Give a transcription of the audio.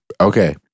okay